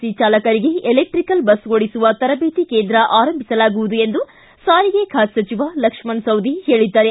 C ಚಾಲಕರಿಗೆ electrical bus ಓಡಿಸುವ ತರಬೇತಿ ಕೇಂದ್ರ ಆರಂಭಿಸಲಾಗುವುದು ಎಂದು ಸಾರಿಗೆ ಖಾತೆ ಸಚಿವ ಲಕ್ಷ್ಮಣ ಸವದಿ ಹೇಳಿದ್ದಾರೆ